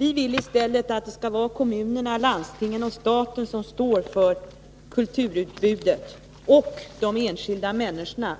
Vi vill i stället att kommunerna, landstingen och staten skall stå för kulturutbudet — och självfallet de enskilda människorna,